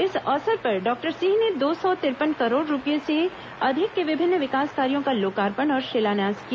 इस अवसर पर डॉक्टर सिंह ने दो सौ तिरपन करोड़ रूपसे से अधिक के विभिन्न विकास कार्यो का लोकार्पण और शिलान्यास किया